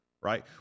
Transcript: right